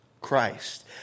Christ